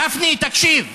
גפני, תקשיב,